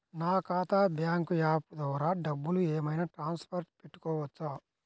నా ఖాతా bank app ద్వారా డబ్బులు ఏమైనా ట్రాన్స్ఫర్ పెట్టుకోవచ్చా?